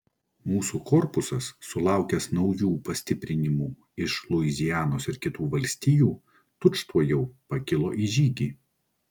mūsų korpusas sulaukęs naujų pastiprinimų iš luizianos ir kitų valstijų tučtuojau pakilo į žygį